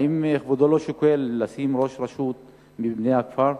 האם כבודו לא שוקל לשים ראש רשות מבני הכפר?